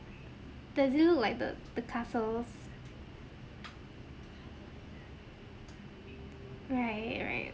does it look like like the the castles right right